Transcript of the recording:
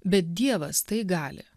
bet dievas tai gali